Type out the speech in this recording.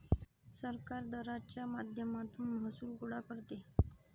सरकार दराच्या माध्यमातून महसूल गोळा करते